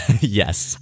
Yes